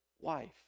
wife